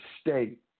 state